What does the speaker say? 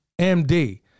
MD